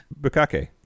Bukake